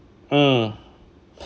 hmm